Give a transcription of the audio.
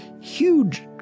huge